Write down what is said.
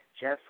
Jeff